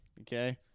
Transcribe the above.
Okay